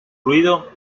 ruido